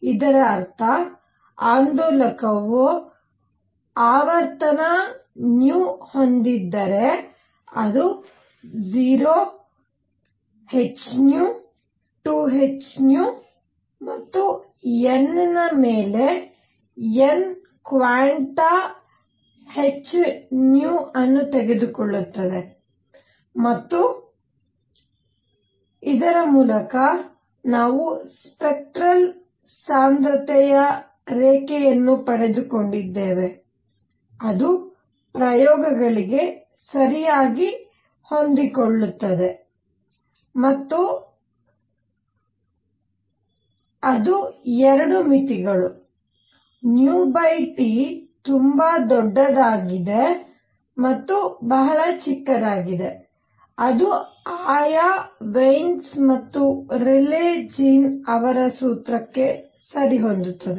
ಇದರರ್ಥ ಆಂದೋಲಕವು ಆವರ್ತನ ಹೊಂದಿದ್ದರೆ ಅದು 0 h 2 h ಮತ್ತು n ನ ಮೇಲೆ n ಕ್ವಾಂಟಾ h ಅನ್ನು ತೆಗೆದುಕೊಳ್ಳುತ್ತದೆ ಮತ್ತು ಇದರ ಮೂಲಕ ನಾವು ಸ್ಪೆಕ್ಟ್ರಲ್ ಸಾಂದ್ರತೆಯ ರೇಖೆಯನ್ನು ಪಡೆದುಕೊಂಡಿದ್ದೇವೆ ಅದು ಪ್ರಯೋಗಗಳಿಗೆ ಸರಿಯಾಗಿ ಹೊಂದಿಕೊಳ್ಳುತ್ತದೆ ಮತ್ತು ಅದು 2 ಮಿತಿಗಳು T ತುಂಬಾ ದೊಡ್ಡದಾಗಿದೆ ಮತ್ತು ಬಹಳ ಚಿಕ್ಕದಾಗಿದೆ ಅದು ಆಯಾ ವೀನ್ಸ್wein's ಮತ್ತು ರೇಲೀ ಜೀನ್ ಅವರ ಸೂತ್ರಕ್ಕೆ ಸರಿ ಹೊಂದುತ್ತದೆ